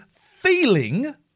feeling